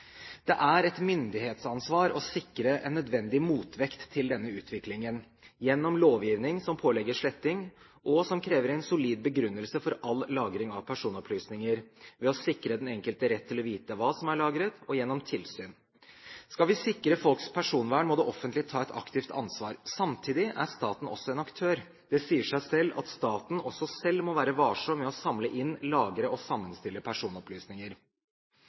Det er et myndighetsansvar å sikre en nødvendig motvekt til denne utviklingen gjennom lovgivning som pålegger sletting, og som krever en solid begrunnelse for all lagring av personopplysninger ved å sikre den enkelte rett til å vite hva som er lagret, gjennom tilsyn. Skal vi sikre folks personvern, må det offentlige ta et aktivt ansvar. Samtidig er staten også en aktør. Det sier seg selv at staten også selv må være varsom med å samle inn, lagre og sammenstille personopplysninger.